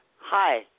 Hi